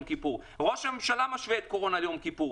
כיפור ראש הממשלה משווה את הקורונה ליום כיפור,